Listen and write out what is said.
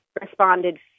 responded